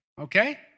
okay